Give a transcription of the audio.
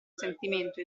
sentimento